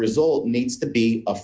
result needs to be a